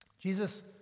Jesus